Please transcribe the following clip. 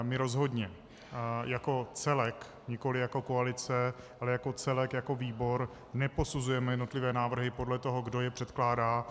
My rozhodně jako celek, nikoli jako koalice, ale jako celek jako výbor neposuzujeme jednotlivé návrhy podle toho, kdo je předkládá.